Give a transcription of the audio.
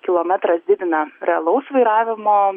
kilometras didina realaus vairavimo